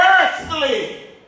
earthly